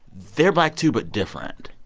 they're black, too, but different.